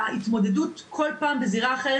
ההתמודדות כל פעם בזירה אחרת,